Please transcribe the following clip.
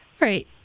right